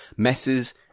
Messes